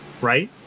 right